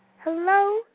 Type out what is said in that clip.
Hello